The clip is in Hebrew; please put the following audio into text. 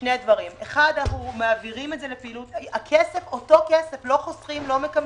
שני דברים: הכסף אותו כסף לא חוסכים או מקמצים.